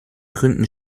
gründen